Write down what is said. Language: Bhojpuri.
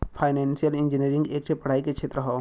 फाइनेंसिअल इंजीनीअरींग एक ठे पढ़ाई के क्षेत्र हौ